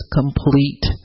complete